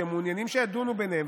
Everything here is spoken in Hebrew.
שהם מעוניינים שידונו ביניהם,